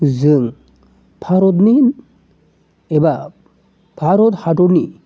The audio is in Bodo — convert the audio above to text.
जों भारतनि एबा भारत हादरनि